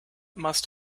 must